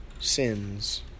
sins